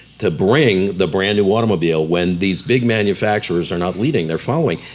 to bring the brand new automobile when these big manufacturers are not leading, they're following.